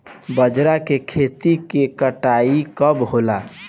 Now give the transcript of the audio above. बजरा के खेती के कटाई कब होला?